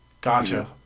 gotcha